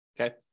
Okay